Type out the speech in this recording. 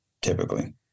typically